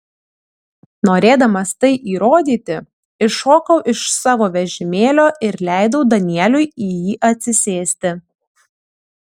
norėdamas tai įrodyti iššokau iš savo vežimėlio ir leidau danieliui į jį atsisėsti